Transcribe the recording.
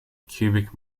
cubic